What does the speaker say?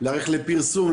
להיערך לפרסום,